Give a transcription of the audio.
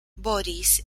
boris